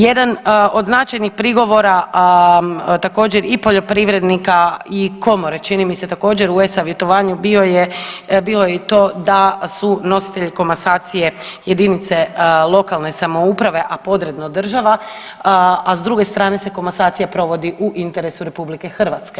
Jedan od značajnih prigovora također i poljoprivrednika i komore čini mi se također u e-savjetovanju bio je, bilo je i to da su nositelji komasacije jedinice lokalne samouprave, a podredno država, a s druge strane se komasacija provodi u interesu RH.